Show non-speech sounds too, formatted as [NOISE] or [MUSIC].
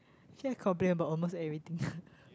ya I complain about almost everything [LAUGHS]